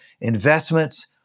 investments